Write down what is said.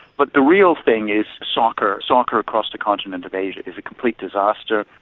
but the real thing is soccer, soccer across the continent of asia is a complete disaster.